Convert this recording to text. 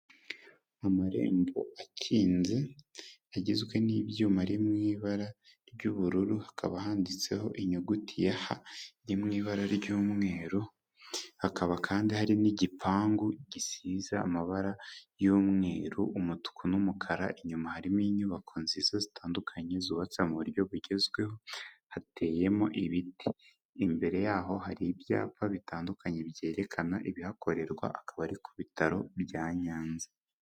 Amarembo akinze agizwe n'ibyuma ari mu ibara ry'ubururu, hakaba handitseho inyuguti ya ha iri mu ibara ry'umweru, hakaba kandi hari n'igipangu gisize amabara y'umweru, umutuku n'umukara, inyuma harimo inyubako nziza zitandukanye zubatse mu buryo bugezweho, hateyemo ibiti. Imbere yaho hari ibyapa bitandukanye byerekana ibihakorerwa, akabari ku bitaro bya Nyanza.